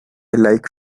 like